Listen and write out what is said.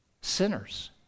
sinners